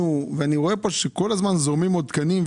דיברו על כך שיקימו נקודות משטרה בבתי חולים.